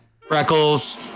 Freckles